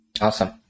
awesome